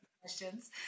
questions